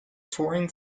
touring